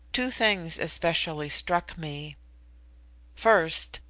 two things especially struck me first,